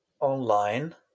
online